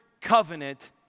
covenant